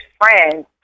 friends